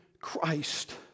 Christ